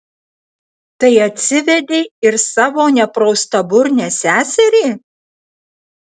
tai atsivedei ir savo nepraustaburnę seserį